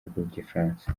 rw’igifaransa